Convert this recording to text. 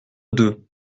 deux